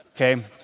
okay